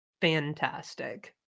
fantastic